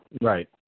Right